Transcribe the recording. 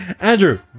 Andrew